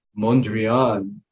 Mondrian